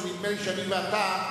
שנדמה לי שאני ואתה,